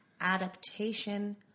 adaptation